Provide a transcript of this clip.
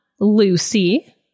Lucy